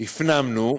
הפנמנו,